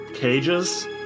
cages